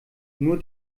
nur